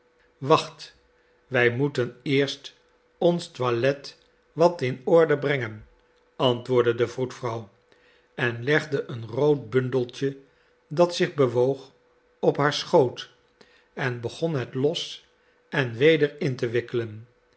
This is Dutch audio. wacht wij moeten eerst ons toilet wat in orde brengen antwoordde de vroedvrouw en legde een rood bundeltje dat zich bewoog op haar schoot en begon het los en weder in te wikkelen